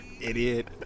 Idiot